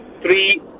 three